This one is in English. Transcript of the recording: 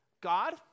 God